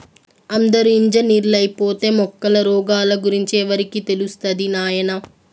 అందరూ ఇంజనీర్లైపోతే మొక్కల రోగాల గురించి ఎవరికి తెలుస్తది నాయనా